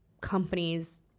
companies